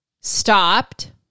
Stopped